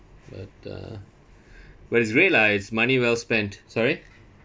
but uh but it's great lah is money well spent sorry